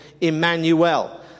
Emmanuel